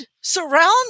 surround